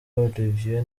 olivier